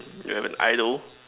you have an idol